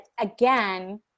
again